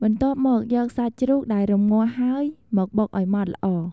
បន្ទាប់មក យកសាច់ជ្រូកដែលរំងាស់ហើយមកបុកឲ្យម៉ត់ល្អ។